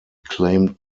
claimed